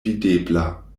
videbla